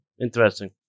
Interesting